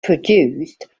produced